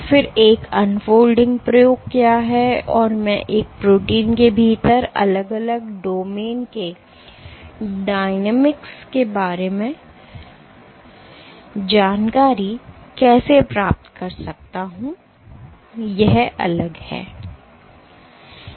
और फिर एक अनफॉल्डिंग प्रयोग क्या है और मैं एक प्रोटीन के भीतर अलग अलग डोमेन के डायनामिक्स के बारे में जानकारी कैसे प्राप्त कर सकता हूं यह अलग है